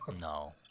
No